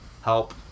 help